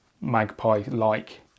magpie-like